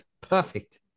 perfect